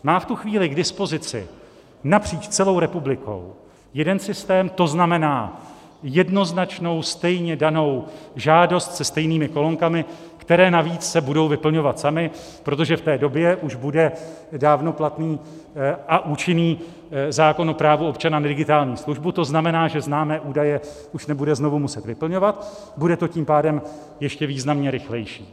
Má v tu chvíli k dispozici napříč celou republikou jeden systém, to znamená jednoznačnou, stejně danou žádost se stejnými kolonkami, které navíc se budou vyplňovat samy, protože v té době už bude dávno platný a účinný zákon o právu občana na digitální službu, to znamená, že známé údaje už nebude znovu muset vyplňovat, bude to tím pádem ještě významně rychlejší.